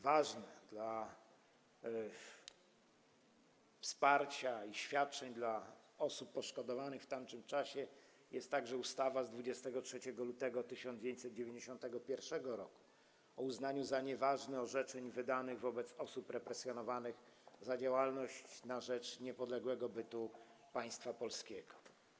Ważna dla wsparcia i świadczeń dla osób poszkodowanych w tamtym czasie jest także ustawa z 23 lutego 1991 r. o uznaniu za nieważne orzeczeń wydanych wobec osób represjonowanych za działalność na rzecz niepodległego bytu Państwa Polskiego.